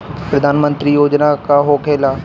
प्रधानमंत्री योजना का होखेला?